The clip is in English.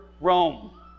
Rome